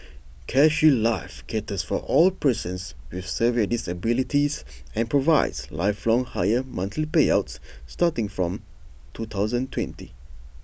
CareShield life caters for all persons with severe disabilities and provides lifelong higher monthly payouts starting from two thousand twenty